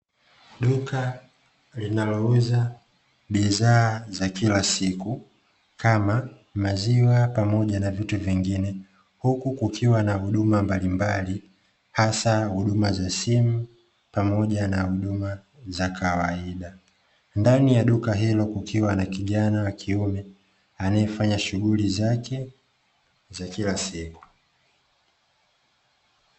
Duka linalouza bidhaa za kila siku kama maziwa pamoja na vitu vingine huku kukiwa na huduma mbalimbali hasa huduma za simu pamoja na huduma za kawaida. Ndani ya duka hilo kukiwa na kijana wakiume anaefanya shughuli zake za kila siku.